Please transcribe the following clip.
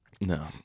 No